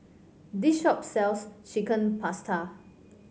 this shop sells Chicken Pasta